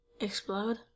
Explode